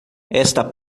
esta